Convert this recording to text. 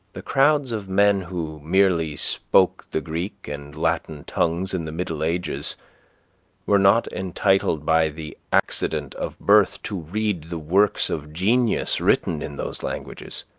the crowds of men who merely spoke the greek and latin tongues in the middle ages were not entitled by the accident of birth to read the works of genius written in those languages